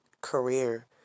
career